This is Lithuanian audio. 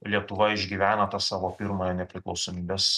lietuva išgyveno tą savo pirmąją nepriklausomybės